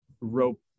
rope